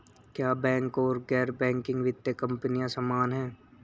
क्या बैंक और गैर बैंकिंग वित्तीय कंपनियां समान हैं?